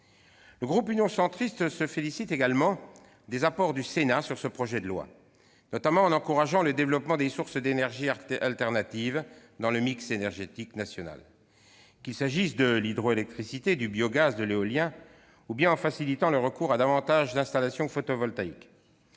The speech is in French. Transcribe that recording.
Le groupe Union Centriste se félicite également des apports du Sénat à ce projet de loi, en particulier pour encourager le développement de sources d'énergie alternatives dans le mix énergétique national, qu'il s'agisse de l'hydroélectricité, du biogaz, de l'éolien ou du recours facilité à un plus grand nombre d'installations photovoltaïques.